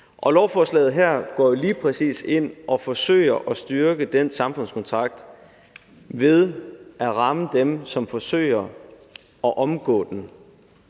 Lovforslaget her går jo lige præcis ind og forsøger at styrke den samfundskontrakt ved at ramme dem, som forsøger at omgå den.